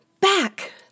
back